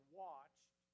watched